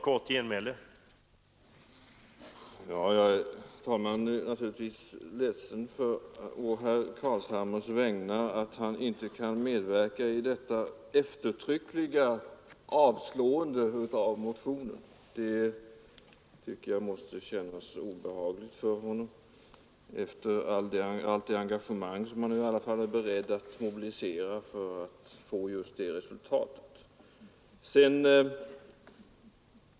Herr talman! Jag är naturligtvis ledsen å herr Carlshamres vägnar för att han inte kan medverka i detta eftertryckliga avslående av motionen. Det tycker jag måste kännas obehagligt för honom efter allt det engagemang som han i alla fall är beredd att mobilisera för att få just det resultatet.